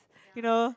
you know